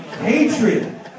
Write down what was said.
Hatred